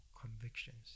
convictions